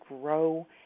grow